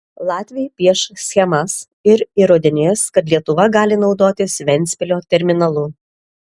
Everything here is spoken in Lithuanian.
latviai pieš schemas ir įrodinės kad lietuva gali naudotis ventspilio terminalu